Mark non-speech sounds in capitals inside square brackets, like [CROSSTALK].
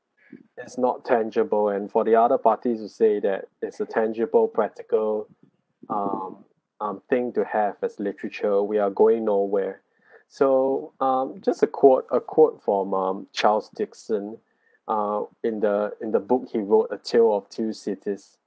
is not tangible and for the other party to say that it's a tangible practical um um thing to have as a literature we are going nowhere [BREATH] so um just a quote a quote from um charles dickson uh in the in the book he wrote a tale of two cities